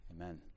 amen